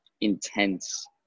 intense